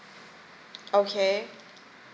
okay